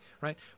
right